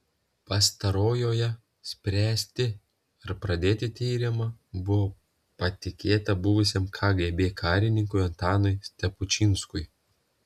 pastarojoje spręsti ar pradėti tyrimą buvo patikėta buvusiam kgb karininkui antanui stepučinskui